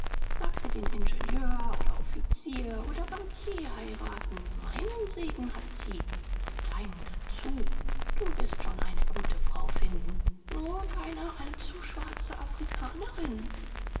mag sie den ingenieur oder offizier oder bankier heiraten meinen segen hat sie und deinen dazu du wirst schon eine gute frau finden nur keine allzu schwarze afrikanerin